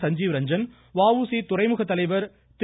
சஞ்சீவ் ரஞ்சன் வஉசி துறைமுக தலைவர் திரு